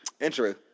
Intro